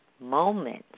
Moments